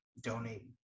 donate